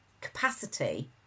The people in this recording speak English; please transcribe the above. capacity